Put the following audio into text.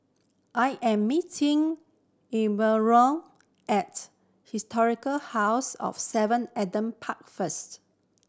I am meeting Elenora at Historic House of Seven Adam Park first